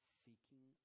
seeking